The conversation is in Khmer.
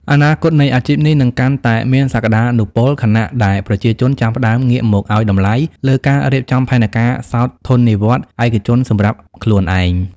អនាគតនៃអាជីពនេះនឹងកាន់តែមានសក្ដានុពល ខណៈដែលប្រជាជនចាប់ផ្ដើមងាកមកឱ្យតម្លៃលើការរៀបចំផែនការសោធននិវត្តន៍ឯកជនសម្រាប់ខ្លួនឯង។